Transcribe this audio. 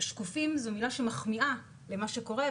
שקופים זו מילה מחמיאה למה שקורה,